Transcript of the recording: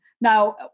Now